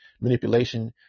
manipulation